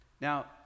Now